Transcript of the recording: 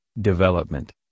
development